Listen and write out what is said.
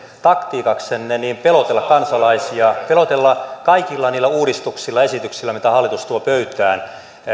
taktiikaksenne pelotella kansalaisia pelotella kaikilla niillä uudistuksilla ja esityksillä mitä hallitus tuo pöytään